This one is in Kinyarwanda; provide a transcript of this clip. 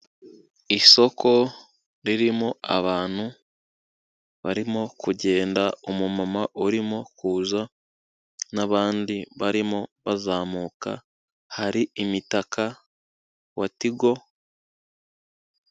Isoko ririmo abantu, barimo kugenda umumama urimo kuza, n'abandi barimo bazamuka hari umutaka wa Tigo.